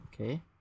okay